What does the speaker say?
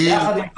יחד עם זאת,